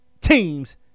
teams